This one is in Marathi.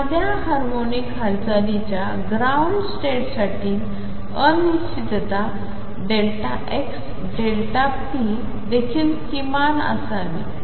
साध्या हार्मोनिक हालचालीच्या ग्राउंड स्टेटसाठी अनिश्चितता xΔp देखील किमान असावी